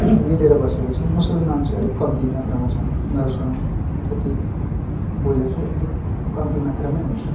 मिलेर बसेको छौँ मुसुलमान चाहिँ अलिक कम्ती मात्रमा छ उनाहरूसँग त्यति बोली चाहिँ अलिक कम्ती मात्रमै हुन्छ